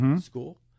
School